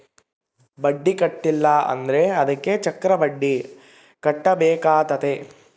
ಬಡ್ಡಿ ಕಟ್ಟಿಲ ಅಂದ್ರೆ ಅದಕ್ಕೆ ಚಕ್ರಬಡ್ಡಿ ಕಟ್ಟಬೇಕಾತತೆ